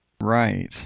Right